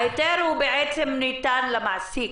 ההיתר ניתן למעסיק.